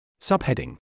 Subheading